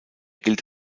gilt